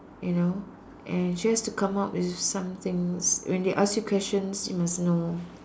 you know and she has to come up with some things when they ask you questions you must know